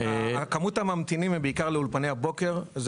המסה הקריטית של הממתינים היא בעיקר לאולפני הבוקר.